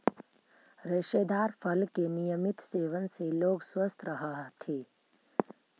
रेशेदार फल के नियमित सेवन से लोग स्वस्थ रहऽ हथी